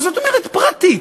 מה זאת אומרת פרטית?